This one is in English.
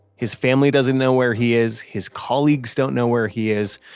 his family doesn't know where he is. his colleagues don't know where he is.